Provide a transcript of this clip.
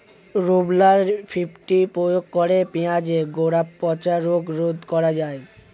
Rovral fifty প্রয়োগ করে পেঁয়াজের গোড়া পচা রোগ রোধ করা যায়?